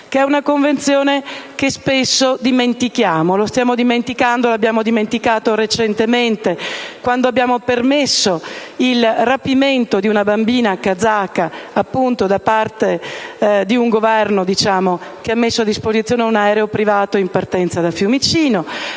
una Convenzione che spesso dimentichiamo: l'abbiamo dimenticata recentemente, quando abbiamo permesso il rapimento di una bambina kazaka da parte di un Governo che ha messo a disposizione un aereo privato in partenza da Fiumicino;